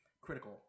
critical